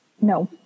No